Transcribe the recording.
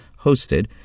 hosted